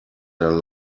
their